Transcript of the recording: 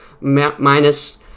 Minus